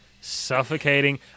suffocating